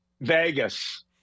Vegas